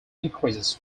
increases